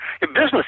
Business